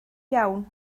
iawn